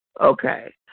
Okay